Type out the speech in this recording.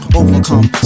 overcome